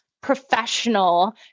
professional